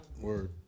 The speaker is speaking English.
Word